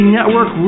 Network